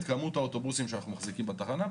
כמות האוטובוסים שאנחנו מחזיקים בתחנה.